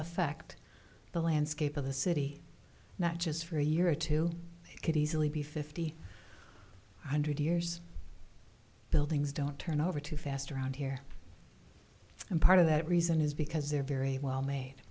affect the landscape of the city not just for a year or two i could easily be fifty one hundred years buildings don't turn over too fast around here and part of that reason is because they're very well made